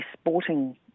sporting